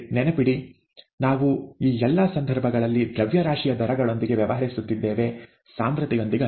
ನೆನಪಿಡಿ ನಾವು ಈ ಎಲ್ಲಾ ಸಂದರ್ಭಗಳಲ್ಲಿ ದ್ರವ್ಯರಾಶಿಯ ದರಗಳೊಂದಿಗೆ ವ್ಯವಹರಿಸುತ್ತಿದ್ದೇವೆ ಸಾಂದ್ರತೆಯೊಂದಿಗಲ್ಲ